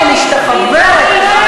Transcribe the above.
תודה רבה, חברת הכנסת שלי יחימוביץ.